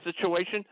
situation